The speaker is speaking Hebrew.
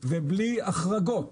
ובלי החרגות.